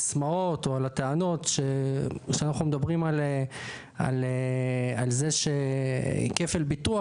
הסיסמאות או על הטענות שאנחנו מדברים על זה שכפל ביטוח,